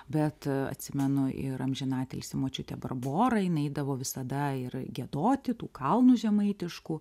bet atsimenu ir amžinatilsį močiutė barbora jinai eidavo visada ir giedoti tų kalnų žemaitiškų